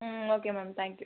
ம் okay ma'am thank you